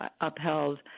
upheld